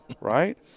right